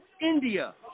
India